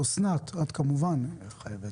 אסנת, בבקשה.